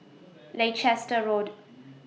Leicester Road